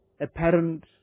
apparent